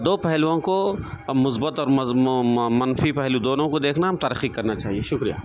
دو پہلوؤں کو مثبت اور منفی پہلو دونوں دیکھنا طرقی کرنا چاہیے شکریہ